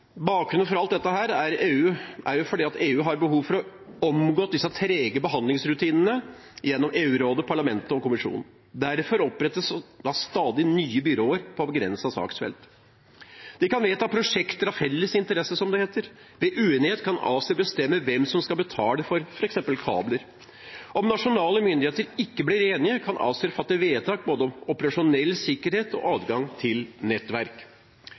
Bakgrunnen for alt dette er at EU har behov for å omgå de trege behandlingsrutinene gjennom Europarådet, Europaparlamentet og EU-kommisjonen. Derfor opprettes det stadig nye byråer for begrensede saksfelt. De kan vedta prosjekter av felles interesse, som det heter. Ved uenighet kan ACER bestemme hvem som skal betale for f.eks. kabler. Om nasjonale myndigheter ikke blir enige, kan ACER fatte vedtak om både operasjonell sikkerhet og adgang til nettverk.